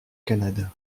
canada